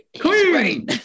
queen